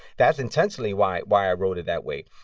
that's intentionally why why i wrote it that way.